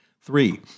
Three